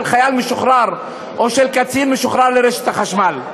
חייל משוחרר או של קצין משוחרר לרשת החשמל.